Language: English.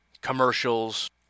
Commercials